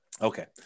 Okay